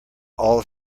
all